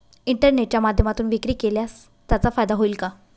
इंटरनेटच्या माध्यमातून विक्री केल्यास त्याचा फायदा होईल का?